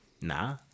Nah